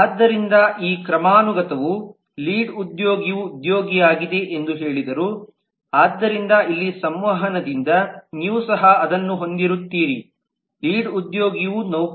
ಆದ್ದರಿಂದ ಈ ಕ್ರಮಾನುಗತವು ಲೀಡ್ ಉದ್ಯೋಗಿವು ಉದ್ಯೋಗಿಯಾಗಿದೆ ಎಂದು ಹೇಳಿದರು ಆದ್ದರಿಂದ ಇಲ್ಲಿ ಸಂವಹನದಿಂದ ನೀವು ಸಹ ಅದನ್ನು ಹೊಂದಿರುತ್ತೀರಿ ಲೀಡ್ ಉದ್ಯೋಗಿವು ನೌಕರ